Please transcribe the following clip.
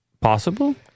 Possible